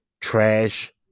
trash